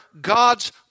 God's